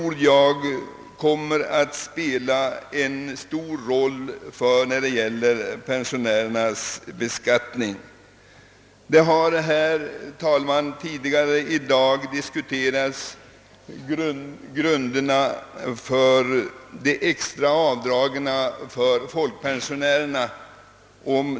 Jag tror att detta avdrag kommer att ha stor betydelse för pensionärernas beskattning. Tidigare i debatten har grunderna för folkpensionärernas extra avdrag diskuterats.